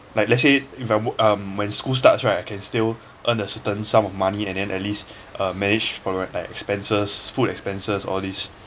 like let's say if I work um when school starts right I can still earn a certain sum of money and then least uh manage probably like expenses food expenses all these